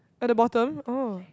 at the bottom oh